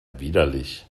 widerlich